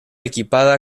equipada